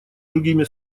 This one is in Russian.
другими